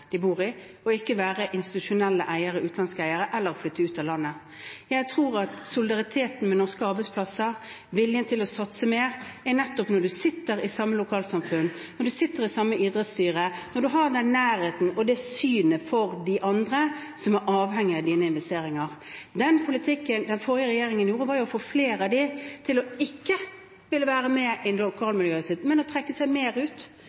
de bor i, og ikke være institusjonelle eiere, utenlandske eiere eller flytte ut av landet. Jeg tror at solidariteten med norske arbeidsplasser, viljen til å satse mer, nettopp er å sitte i samme lokalsamfunn, å sitte i samme idrettsstyre, å ha den nærheten og det synet for de andre som er avhengige av dine investeringer. Den politikken den forrige regjeringen førte, var å få flere av dem til ikke å ville være med i lokalmiljøet sitt, men å trekke seg mer ut